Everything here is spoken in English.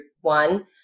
one